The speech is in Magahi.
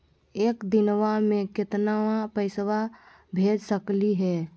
एक दिनवा मे केतना पैसवा भेज सकली हे?